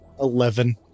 Eleven